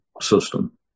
system